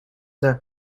the